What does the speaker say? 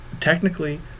technically